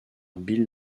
bill